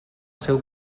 seu